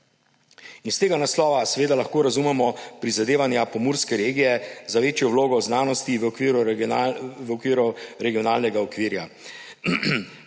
Iz tega naslova seveda lahko razumemo prizadevanja pomurske regije za večjo vlogo znanosti v okviru regionalnega okvirja.